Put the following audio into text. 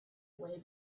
way